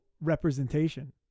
representation